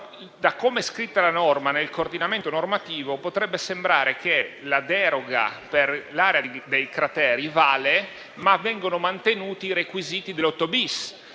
Da com'è scritta la norma, nel coordinamento normativo, potrebbe sembrare che la deroga per l'area dei crateri valga, ma vengano mantenuti i requisiti dell'8-*bis*.